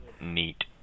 Neat